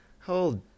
hold